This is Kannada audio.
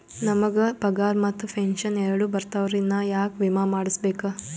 ನಮ್ ಗ ಪಗಾರ ಮತ್ತ ಪೆಂಶನ್ ಎರಡೂ ಬರ್ತಾವರಿ, ನಾ ಯಾಕ ವಿಮಾ ಮಾಡಸ್ಬೇಕ?